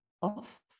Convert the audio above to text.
off